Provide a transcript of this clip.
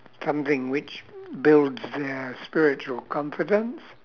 something which builds their spiritual confidence